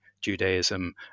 Judaism